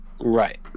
Right